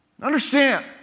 Understand